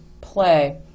play